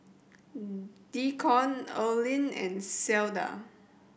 Deacon Earlean and Cleda